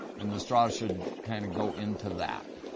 and the straw should kind of go into that.